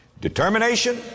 Determination